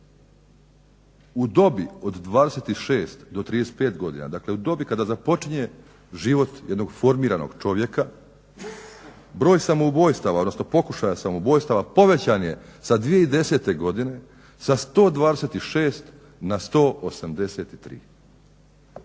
u dobi od 26 do 35 godina, dakle u dobi kada započinje život jednog formiranog čovjeka, broj samoubojstava, odnosno pokušaja samoubojstava povećan je sa 2010. godine sa 126 na 183.